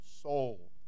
soul